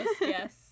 yes